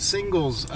Singles